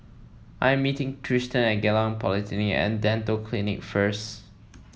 I am meeting Tristan at Geylang Polyclinic and Dental Clinic first